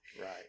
Right